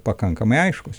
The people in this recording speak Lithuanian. pakankamai aiškus